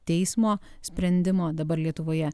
teismo sprendimo dabar lietuvoje